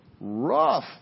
Rough